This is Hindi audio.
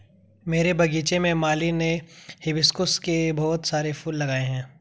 मेरे बगीचे में माली ने हिबिस्कुस के बहुत सारे फूल लगाए हैं